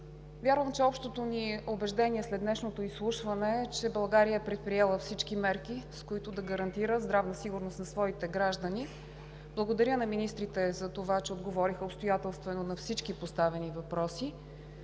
Вярвам, че общото ни убеждение след днешното изслушване е, че България е предприела всички мерки, с които да гарантира здравната сигурност на своите граждани. Благодаря на министрите, че отговориха обстоятелствено на всички поставени въпроси.